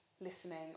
listening